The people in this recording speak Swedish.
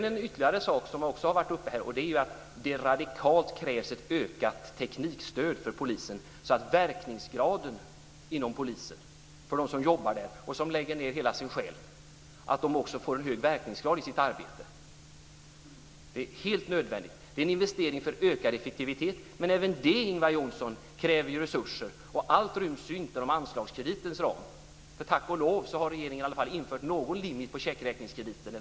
Något ytterligare som också har varit uppe här är att det krävs ett radikalt ökat teknikstöd för polisen, så att det blir en hög verkningsgrad på dem som lägger ned hela sin själ i dess arbete. Det är helt nödvändigt. Det är en investering för ökad effektivitet. Men även det kräver resurser, Ingvar Johnsson, och allt ryms ju inte inom anslagskreditens ram. Tack och lov har regeringen i alla fall infört någon limit på anslagskrediten.